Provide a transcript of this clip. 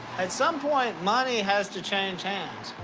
at some point, money has to change hands.